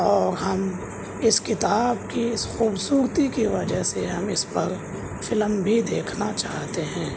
اور ہم اس کتاب کی اس خوبصورتی کی وجہ سے ہم اس پر فلم بھی دیکھنا چاہتے ہیں